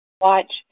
Watch